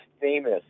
famous